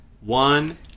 one